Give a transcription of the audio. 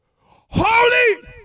Holy